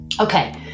Okay